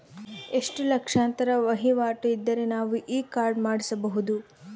ಎಷ್ಟು ಲಕ್ಷಾಂತರ ವಹಿವಾಟು ಇದ್ದರೆ ನಾವು ಈ ಕಾರ್ಡ್ ಮಾಡಿಸಬಹುದು?